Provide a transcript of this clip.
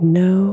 no